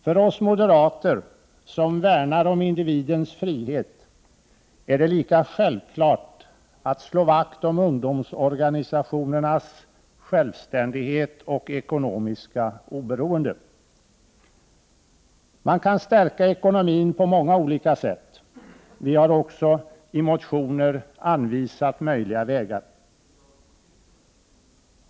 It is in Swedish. För oss moderater, som värnar om individens frihet, är det lika självklart att slå vakt om ungdomsorganisationernas självständighet och ekonomiska oberoende. Man kan stärka ekonomin på många olika sätt. Vi har också i motioner anvisat möjliga vägar.